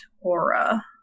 aura